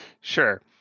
sure